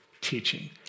Teaching